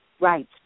right